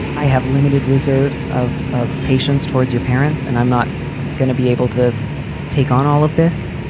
i have limited reserves of of patients towards your parents and i'm not gonna be able to take on all of this.